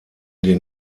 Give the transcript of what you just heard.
den